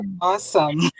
Awesome